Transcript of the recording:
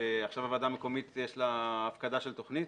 ועכשיו לוועדה המקומית יש הפקדה של תוכנית,